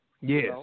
Yes